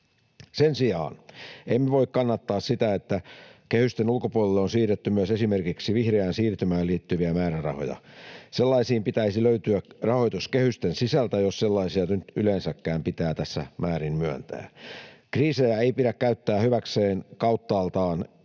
Sen sijaan emme voi kannattaa sitä, että kehysten ulkopuolelle on siirretty myös esimerkiksi vihreään siirtymään liittyviä määrärahoja. Sellaisiin pitäisi löytyä rahoitus kehysten sisältä, jos sellaisia nyt yleensäkään pitää tässä määrin myöntää. Kriisejä ei pidä käyttää hyväkseen kauttaaltaan